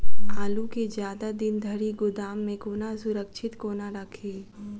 आलु केँ जियादा दिन धरि गोदाम मे कोना सुरक्षित कोना राखि?